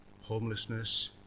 homelessness